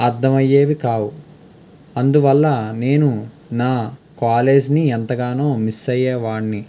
అర్థం అయ్యేవి కావు అందువల్ల నేను నా కాలేజ్ని ఎంతగానో మిస్సయ్యేవాడ్ని